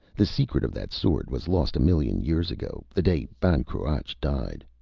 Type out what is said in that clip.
the secret of that sword was lost a million years ago, the day ban cruach died.